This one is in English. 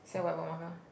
is there whiteboard marker